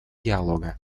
диалога